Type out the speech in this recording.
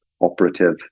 Operative